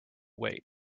wait